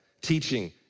teaching